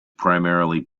primarily